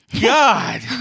God